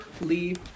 leave